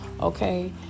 Okay